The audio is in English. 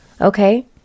Okay